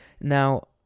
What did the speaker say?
Now